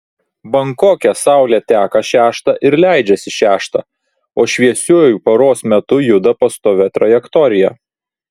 bankoke saulė teka šeštą ir leidžiasi šeštą o šviesiuoju paros metu juda pastovia trajektorija